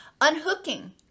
unhooking